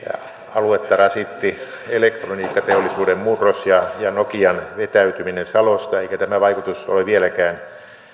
aluetta rasitti elektroniikkateollisuuden murros ja ja nokian vetäytyminen salosta eikä niiden vaikutus ole vieläkään